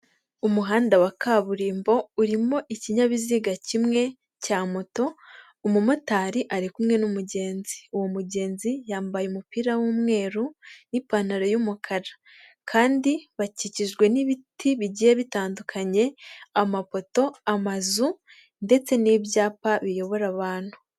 Umuhanda wa kaburimbo urimo ikinyabiziga kimwe cya moto, umumotari ari kumwe n'umugenzi. Uwo mugenzi yambaye umupira w'umweru n'ipantaro y'umukara. Kandi bakikijwe n'ibiti bigiye bitandukanye, amapoto, amazu ndetse n'ibyapa biyobora abantu.